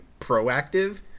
proactive